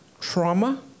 trauma